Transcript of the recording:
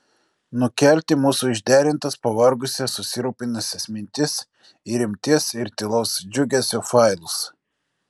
nukelti mūsų išderintas pavargusias susirūpinusias mintis į rimties ir tylaus džiugesio failus